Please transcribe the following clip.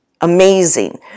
amazing